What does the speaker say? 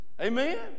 Amen